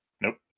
Nope